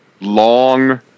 long